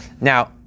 Now